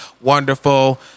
wonderful